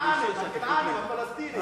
הכנענים, הכנענים, הפלסטינים.